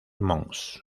mons